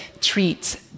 treats